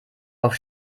auf